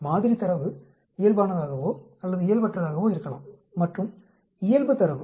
மாதிரி தரவு இயல்பானதாகவோ அல்லது இயல்பற்றதாகவோ இருக்கலாம் மற்றும் இயல்பு தரவு